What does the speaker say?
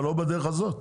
אבל לא בדרך הזאת.